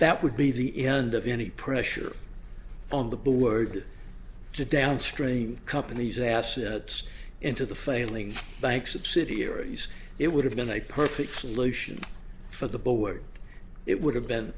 that would be the end of any pressure on the board to downstream company's assets into the failing bank subsidiaries it would have been a perfect solution for the board it would have been